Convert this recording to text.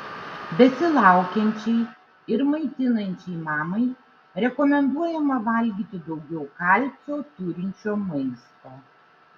besilaukiančiai ir maitinančiai mamai rekomenduojama valgyti daugiau kalcio turinčio maisto